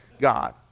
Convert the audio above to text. God